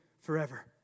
forever